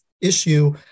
issue